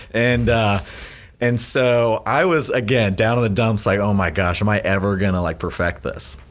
and and so i was again down in the dumps like oh my gosh, am i ever gonna like perfect this?